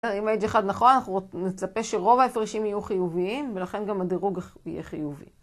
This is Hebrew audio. אם ה-H1 נכון, אנחנו נצפה שרוב ההפרשים יהיו חיוביים, ולכן גם הדירוג יהיה חיובי.